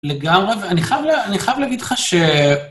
לגמרי, ואני חייב להגיד לך ש...